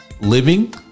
living